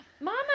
Mama